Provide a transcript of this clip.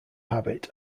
habit